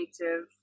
creative